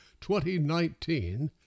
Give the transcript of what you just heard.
2019